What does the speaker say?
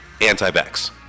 anti-vax